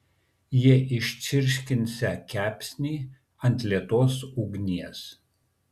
jie iščirškinsią kepsnį ant lėtos ugnies